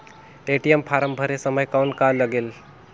ATM form भरे समय कौन का लगेल?